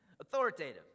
Authoritative